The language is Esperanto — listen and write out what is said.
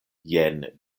jen